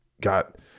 got